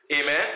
Amen